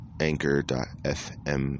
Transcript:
Anchor.fm